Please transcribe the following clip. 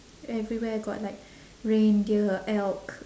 everywhere got like reindeer elk